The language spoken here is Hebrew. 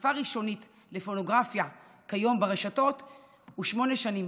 לחשיפה ראשונית לפורנוגרפיה כיום ברשתות הוא שמונה שנים.